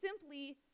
simply